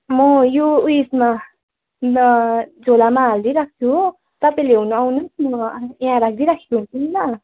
म यो उयेसमा झोलामा हालिदिइराख्छु हो तपाईँ लिनु आउनोस् म यहाँ राखिदिइराखेको हुन्छु नि ल